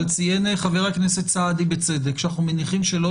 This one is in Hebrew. אבל ציין חבר הכנסת סעדי בצדק שאנחנו מניחים שללא